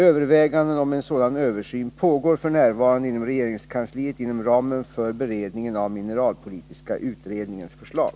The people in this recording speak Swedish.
Överväganden om en sådan översyn pågår f.n. inom regeringskansliet inom ramen för beredningen av mineralpolitiska utredningens förslag.